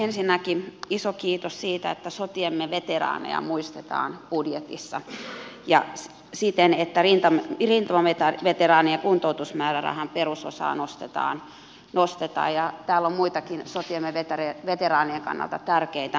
ensinnäkin iso kiitos siitä että sotiemme veteraaneja muistetaan budjetissa siten että rintamaveteraanien kuntoutusmäärärahan perusosaa nostetaan ja täällä on muitakin sotiemme veteraanien kannalta tärkeitä aiheita